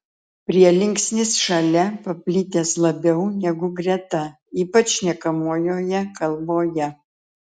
prielinksnis šalia paplitęs labiau negu greta ypač šnekamojoje kalboje